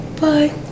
bye